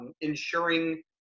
ensuring